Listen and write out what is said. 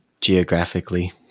geographically